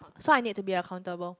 so I need to be accountable